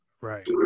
Right